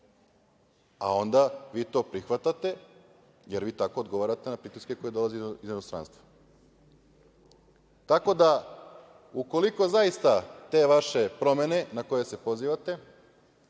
to onda prihvatate, jer vi tako odgovarate na pritiske koji dolaze iz inostranstva. Tako da, ukoliko zaista te vaše promene na koje se pozivate